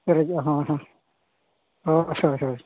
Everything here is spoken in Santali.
ᱯᱮᱨᱮᱡᱚᱜᱼᱟ ᱦᱮᱸ ᱦᱮᱸ ᱦᱳᱭ ᱦᱳᱭ